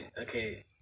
Okay